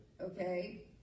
okay